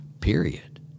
period